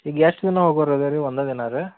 ಈಗ ಎಷ್ಟು ದಿನ ಹೋಗಿ ಬರದ ರೀ ಒಂದು ದಿನ ರೀ